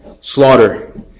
slaughter